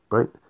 Right